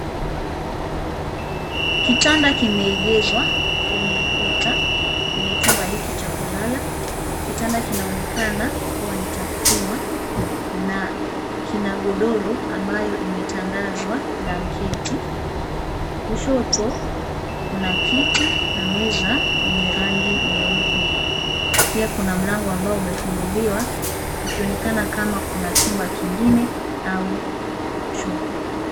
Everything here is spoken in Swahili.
Kitanda kimeegezwa kwenye ukuta kwenye chumba hiki cha kulala. Kitanda kinaonekana kua ni cha chuma na kina godoro ambayo imetandazwa blanketi. Kushoto kuna kiti na meza yenye rangi nyeupe. Pia kuna mlango ambao umefunguliwa ikionekana kama kuna chumba kingine au choo,